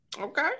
Okay